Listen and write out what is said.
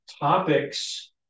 topics